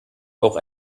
auch